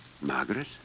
Margaret